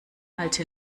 alte